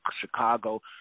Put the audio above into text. Chicago